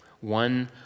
One